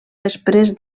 després